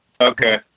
Okay